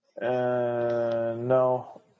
No